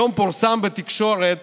היום פורסם בתקשורת